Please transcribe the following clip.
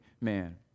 man